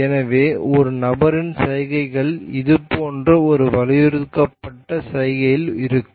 எனவே ஒரு நபரின் செய்கைகள் இது போன்ற ஒரு வலியுறுத்தப்பட்ட சைகையில் இருக்கும்